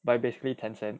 by basically tencent